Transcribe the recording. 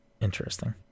Interesting